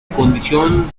condición